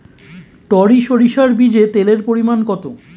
টরি সরিষার বীজে তেলের পরিমাণ কত?